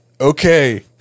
Okay